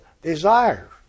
desire